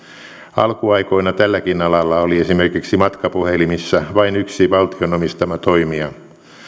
alkuaikoina tälläkin alalla oli esimerkiksi matkapuhelimissa vain yksi valtion omistama toimija